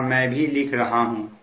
यहां मैं भी लिख रहा हूं